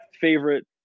favorite